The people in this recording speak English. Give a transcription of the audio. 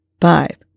five